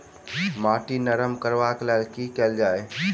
माटि नरम करबाक लेल की केल जाय?